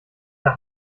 der